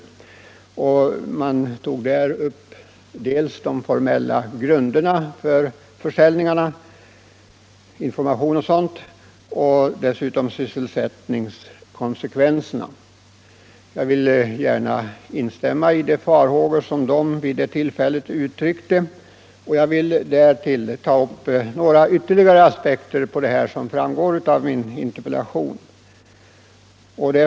Man tog då upp de formella grunderna för försäljningarna, information osv., och dessutom sysselsättningskonsekvenserna. Jag vill gärna instämma i de farhågor som de vid det tillfället uttryckte, och jag vill därtill ta upp ytterligare några aspekter som framgår av min interpellation.